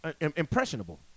impressionable